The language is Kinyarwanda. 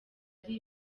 ari